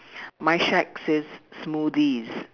my shack says smoothies